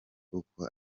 uko